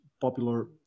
popular